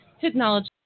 technology